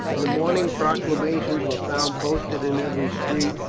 in the morning proclamations were found posted in every street,